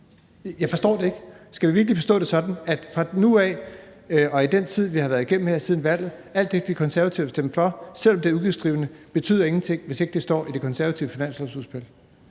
Jeg forstår det ikke. Skal vi virkelig forstå det sådan, at fra nu af og i den tid, vi har været igennem siden valget, betyder alt det, De Konservative har stemt og vil stemme for, ingenting, selv om det er udgiftsdrivende, hvis ikke det står i De Konservatives finanslovsudspil?